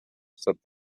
said